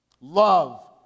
Love